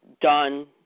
done